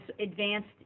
advanced